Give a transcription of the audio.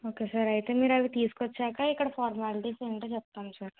okay sir అయితే మీరు అవి తీసుకు వచ్చాక ఇక్కడ ఫార్మాలిటీస్ ఏంటో చెప్తాం సార్